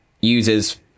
uses